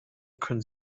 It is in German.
können